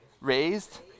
Raised